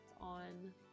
on